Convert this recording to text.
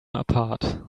apart